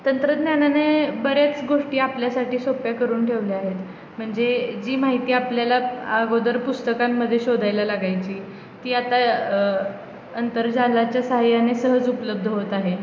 तंत्रज्ञानाने बऱ्याच गोष्टी आपल्यासाठी सोप्या करून ठेवल्या आहेत म्हणजे जी माहिती आपल्याला आगोदर पुस्तकांमध्ये शोधायला लागायची ती आता अंतर्जालाच्या साहाय्याने सहज उपलब्ध होत आहे